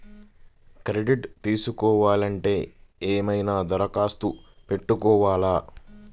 Credit తీసుకోవాలి అంటే ఏమైనా దరఖాస్తు పెట్టుకోవాలా?